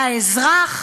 לאזרח?